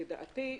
לדעתי,